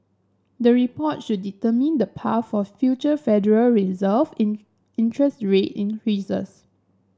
the reports should determine the path for future Federal Reserve in interest rate increases